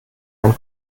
ein